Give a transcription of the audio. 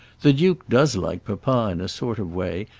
the duke does like papa in a sort of way,